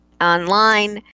online